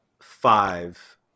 five